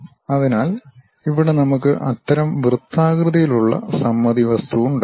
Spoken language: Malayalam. അതിനാൽ ഇവിടെ നമുക്ക് അത്തരം വൃത്താകൃതിയിലുള്ള സമമിതി വസ്തു ഉണ്ട്